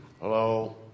Hello